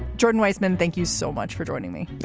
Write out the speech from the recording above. jordan weissmann, thank you so much for joining me.